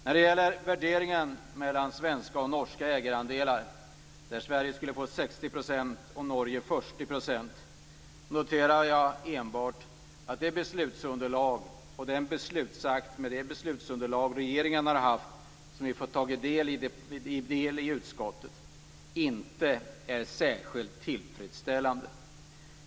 När det gäller värderingen mellan svenska och norska ägarandelar, där Sverige skulle få 60 % och Norge 40 %, noterar jag enbart att den beslutsakt med det beslutsunderlag som regeringen har haft och som vi har fått ta del av i utskottet inte är särskilt tillfredsställande.